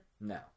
No